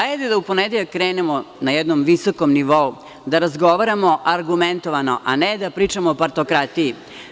Hajde da u ponedeljak krenemo na jednom visokom nivou da razgovaramo argumentovano, a ne da pričamo o partokratiji.